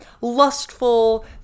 lustful